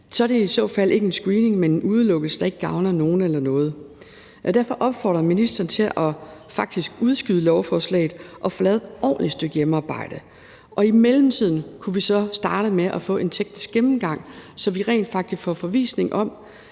er det ikke en screening, men en udelukkelse, der ikke gavner nogen eller noget. Jeg vil derfor opfordre ministeren til faktisk at udskyde lovforslaget og få lavet et ordentligt stykke hjemmearbejde. Og i mellemtiden kunne vi så starte med at få en teknisk gennemgang, så vi rent faktisk får forvisning om,